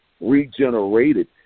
regenerated